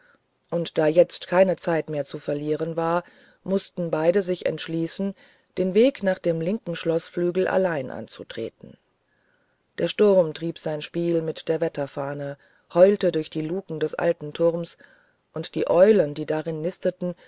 und da jetzt keine zeit mehr zu verlieren war mußten beide sich entschließen den weg nach dem linken schloßflügel allein anzutreten der sturm trieb sein spiel mit der wetterfahne heulte durch die luken des alten turms und die eulen die darinnen nisteten